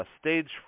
Stage